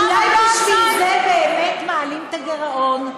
אולי בשביל זה באמת מעלים את הגירעון?